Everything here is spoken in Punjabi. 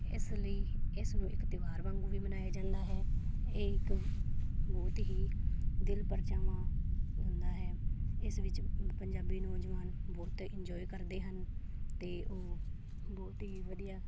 ਇਸ ਲਈ ਇਸ ਨੂੰ ਇੱਕ ਤਿਉਹਾਰ ਵਾਂਗੂੰ ਵੀ ਮਨਾਇਆ ਜਾਂਦਾ ਹੈ ਇਹ ਇੱਕ ਬਹੁਤ ਹੀ ਦਿਲ ਪਰਚਾਵਾਂ ਹੁੰਦਾ ਹੈ ਇਸ ਵਿੱਚ ਪੰਜਾਬੀ ਨੌਜਵਾਨ ਬਹੁਤ ਇੰਜੋਏ ਕਰਦੇ ਹਨ ਅਤੇ ਉਹ ਬਹੁਤ ਹੀ ਵਧੀਆ